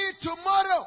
tomorrow